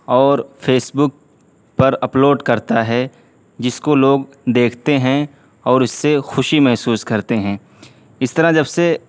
اور Facebook پر upload کرتا ہے جس کو لوگ دیکھتے ہیں اور اس سے خوشی محسوس کرتے ہیں اس طرح جب سے